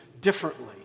differently